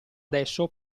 adesso